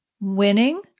winning